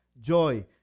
joy